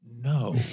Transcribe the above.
no